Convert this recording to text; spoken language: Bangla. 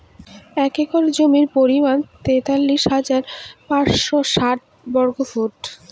এক একর জমির পরিমাণ তেতাল্লিশ হাজার পাঁচশ ষাট বর্গফুট